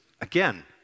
again